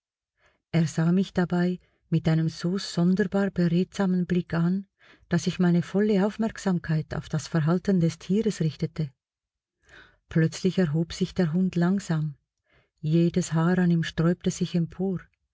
er sah mich dabei mit einem so sonderbar beredtsamen blick an daß ich meine volle aufmerksamkeit auf das verhalten des tieres richtete plötzlich erhob sich der hund langsam jedes haar an ihm sträubte sich empor